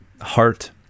heart